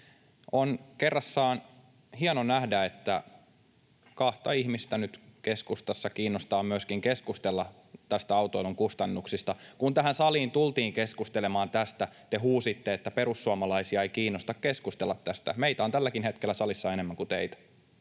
On kerrassaan hieno nähdä, että nyt kahta ihmistä keskustassa kiinnostaa myöskin keskustella näistä autoilun kustannuksista. Kun tähän saliin tultiin keskustelemaan tästä, te huusitte, että perussuomalaisia ei kiinnosta keskustella tästä. Meitä on tälläkin hetkellä salissa enemmän kuin teitä